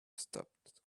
stopped